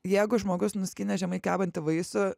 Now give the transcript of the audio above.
jeigu žmogus nuskynė žemai kabantį vaisių